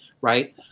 right